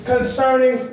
Concerning